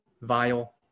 vile